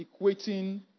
equating